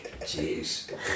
jeez